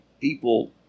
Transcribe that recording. people